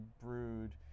brewed